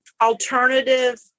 alternative